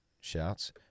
shouts